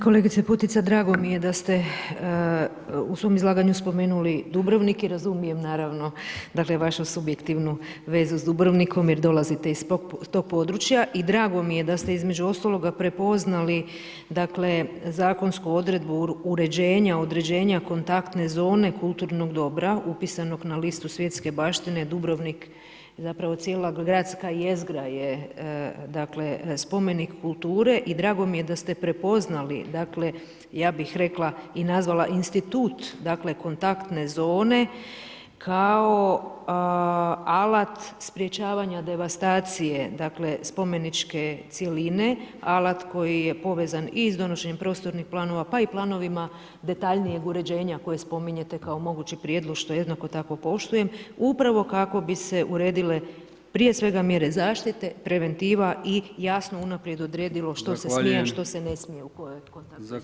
Kolegice Putica, drago mi je da ste u svojem izlaganju spomenuli Dubrovnik i razumijem naravno vašu subjektivnu vezu s Dubrovnikom jer dolazite iz tog područja i drago mi je da ste između ostaloga prepoznali zakonsku odredbu uređenja, određenja kontaktne zone kulturnog dobra upisanog na listu svjetske baštine Dubrovnik, zapravo cijela gradska jezgra je spomenik kulture i drago mi je da ste prepoznali ja bih rekla i nazvala institut kontaktne zone kao alat sprječavanja devastacije spomeničke cjeline, alat koji je povezan i s donošenjem prostornih planova pa i planovima detaljnijeg uređenja koje spominjete kao mogući prijedlog što jednako tako poštujem upravo kako bi se uredile prije svega mjere zaštite, preventiva i jasno unaprijed odredilo što se smije a što se ne smije u kojoj kontaktnoj zoni.